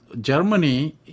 Germany